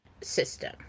system